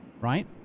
right